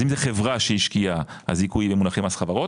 אז אם זה חברה שהשקיעה הזיכוי במונחי מס חברות,